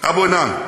אבו אל-עינין,